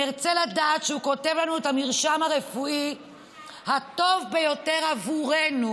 נרצה לדעת שהוא כותב לנו את המרשם הרפואי הטוב ביותר עבורנו,